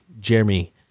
Jeremy